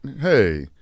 hey